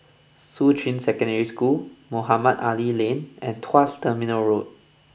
Shuqun Secondary School Mohamed Ali Lane and Tuas Terminal Road